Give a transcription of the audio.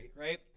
right